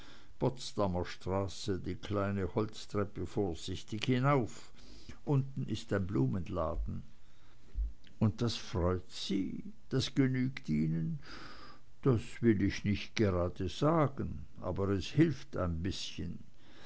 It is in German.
potsdamer straße die kleine holztreppe vorsichtig hinauf unten ist ein blumenladen und das freut sie das genügt ihnen das will ich nicht gerade sagen aber es hilft ein bißchen